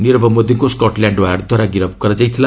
ନିରବ ମୋଦିଙ୍କୁ ସ୍କଟ୍ଲ୍ୟାଣ୍ଡ ୟାର୍ଡ଼ଦ୍ୱାରା ଗିରଫ କରାଯାଇଥିଲା